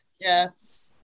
Yes